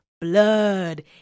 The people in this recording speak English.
blood